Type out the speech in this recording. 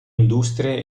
industrie